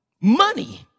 money